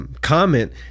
Comment